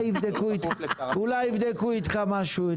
אולי יבדקו איתך משהו,